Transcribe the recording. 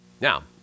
Now